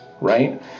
right